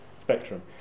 spectrum